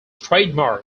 trademark